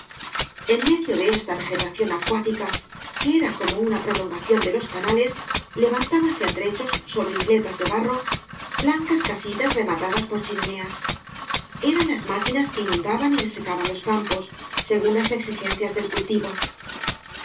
en medio de esta vegetación acuática que era como una prolongación de los canales levantábanse á trechos sobre isletas de barro blancas casitas rematadas por chimeneas eran las máquinas que inundaban y desecaban los campos según ios exigencias del cultivo los